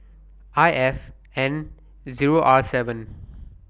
I F N Zero R seven